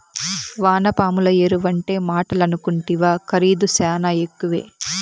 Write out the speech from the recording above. వానపాముల ఎరువంటే మాటలనుకుంటివా ఖరీదు శానా ఎక్కువే